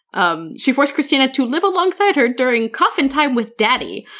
um she forced kristina to live alongside her during coffin time with daddy,